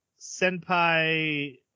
Senpai